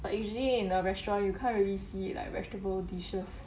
but usually in a restaurant you can't really see it like vegetable dishes